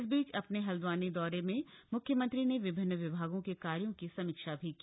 इस बीच अपने हल्दवानी दौरे के में मुख्यमंत्री ने विभिन्न विभागों के कार्यों की समीक्षा भी की